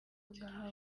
ugaha